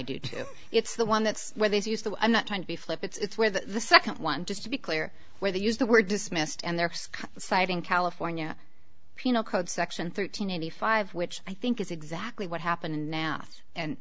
do tim it's the one that's where these used to i'm not trying to be flip it's where the the second one just to be clear where they used the word dismissed and they're citing california penal code section thirteen eighty five which i think is exactly what happened now and